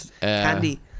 Candy